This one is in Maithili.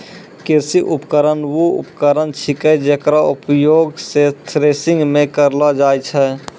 कृषि उपकरण वू उपकरण छिकै जेकरो उपयोग सें थ्रेसरिंग म करलो जाय छै